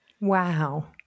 Wow